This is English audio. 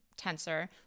tensor